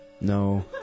No